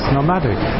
Nomadic